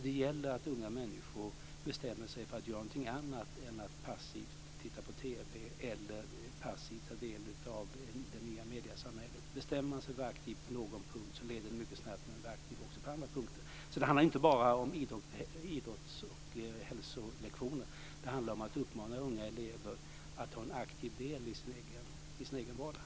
Det gäller att unga människor bestämmer sig för att göra någonting annat än att passivt titta på TV eller passivt ta del av det nya mediesamhället. Bestämmer man sig för att vara aktiv på någon punkt leder det mycket snabbt till att man blir aktiv också på andra punkter. Det handlar inte bara om idrotts och hälsolektioner. Det handlar om att uppmana unga elever att ta en aktiv del i sin egen vardag.